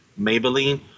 Maybelline